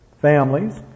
families